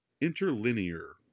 interlinear